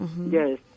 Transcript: yes